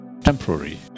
temporary